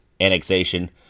annexation